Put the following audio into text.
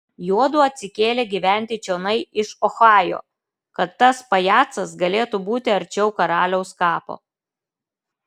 juodu atsikėlė gyventi čionai iš ohajo kad tas pajacas galėtų būti arčiau karaliaus kapo